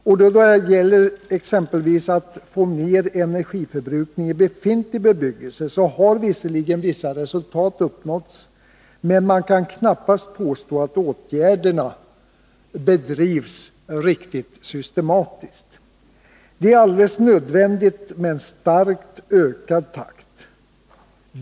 Då det t.ex. gäller att få ner energiförbrukningen i befintlig bebyggelse har visserligen vissa resultat uppnåtts, men man kan knappast påstå att åtgärderna bedrivs riktigt systematiskt. Det är alldeles nödvändigt med en starkt ökad takt.